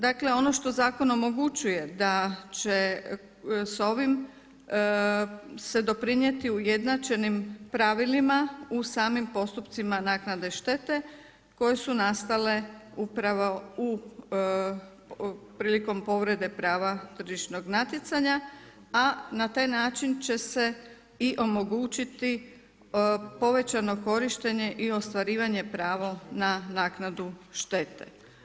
Dakle ono što zakon omogućuje da će s ovim se doprinijeti ujednačenim pravilima u samim postupcima naknade štete koje su nastale upravo prilikom povrede prava tržišnog natjecanja, a na taj način će se i omogućiti povećano korištenje i ostvarivanje prava na naknadu štete.